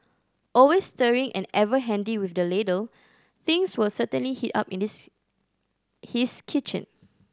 always stirring and ever handy with the ladle things will certainly heat up in this his kitchen